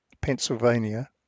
Pennsylvania